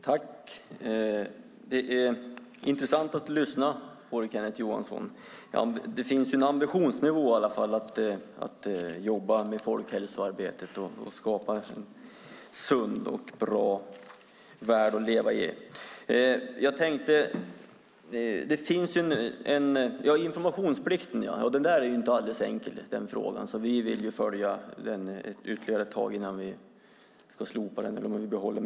Herr talman! Det är intressant att lyssna på dig, Kenneth Johansson. Det finns i alla fall en ambition att jobba med folkhälsoarbetet och skapa en sund och bra värld att leva i. Frågan om informationsplikten är inte alldeles enkel. Vi vill följa den ytterligare ett tag innan vi bestämmer om vi ska slopa informationsplikten eller behålla den.